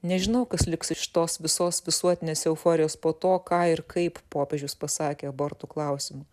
nežinau kas liks iš tos visos visuotinės euforijos po to ką ir kaip popiežius pasakė abortų klausimu